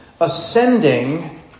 ascending